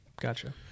gotcha